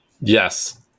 Yes